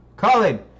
Colin